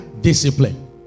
discipline